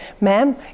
ma'am